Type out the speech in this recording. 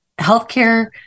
healthcare